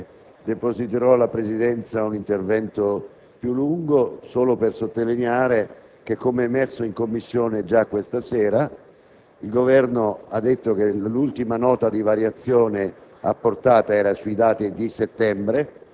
per quanto riguarda le spese toccate nella finanziaria. Ho posto questa domanda in Commissione, ma il rappresentante del Governo non mi ha risposto: non so se non ha voluto o non è stato in grado. In quest'Aula è presente ora il Ministro dell'economia e credo che possa - chi meglio di lui? - dare al Parlamento una risposta chiara